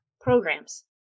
programs